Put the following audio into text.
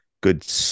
good